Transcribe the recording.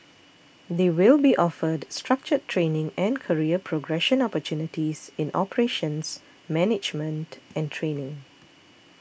they will be offered structured training and career progression opportunities in operations management and training